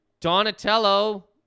Donatello